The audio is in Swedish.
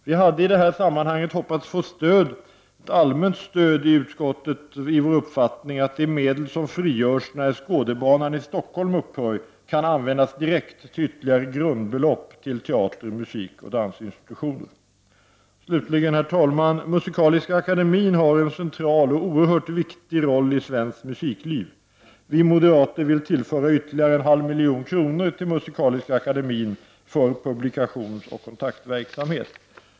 Vi hade i detta sammanhang hoppats få ett allmänt stöd av utskottet för vår uppfattning att de medel som frigörs när Skådebanan i Stockholm upphör kan användas direkt till ytterligare grundbelopp till teater-, musikoch dansinstitutioner. Slutligen, herr talman: Musikaliska akademien har en central och oerhört viktig roll i svenskt musikliv. Vi moderater vill tillföra ytterligare en halv miljon kronor till Musikaliska akademien för publikationsoch kontaktverksamhet.